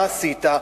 מה עשית?